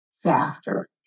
Factor